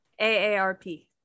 AARP